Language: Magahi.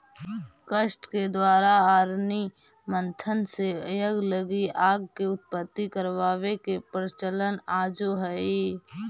काष्ठ के द्वारा अरणि मन्थन से यज्ञ लगी आग के उत्पत्ति करवावे के प्रचलन आजो हई